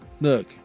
Look